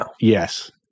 Yes